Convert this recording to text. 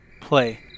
play